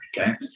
okay